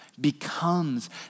becomes